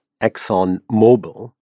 ExxonMobil